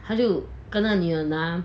他就跟那女的拿